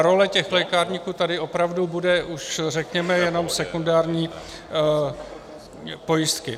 Role lékárníků tady opravdu bude už, řekněme, jenom sekundární pojistky.